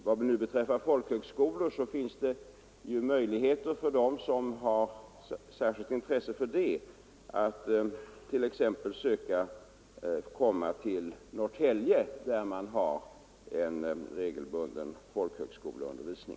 Vad beträffar folkhögskolor finns det ju möjligheter för den som har särskilt intresse för denna utbildningsform att t.ex. söka komma till Norrtälje, där man har en regelbunden folkhögskolundervisning.